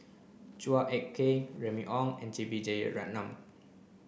Chua Ek Kay Remy Ong and J B Jeyaretnam